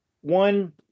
One